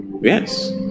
yes